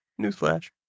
Newsflash